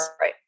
Right